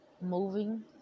moving